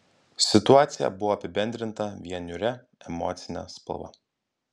situacija buvo apibendrinta vien niūria emocine spalva